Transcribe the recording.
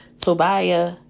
Tobiah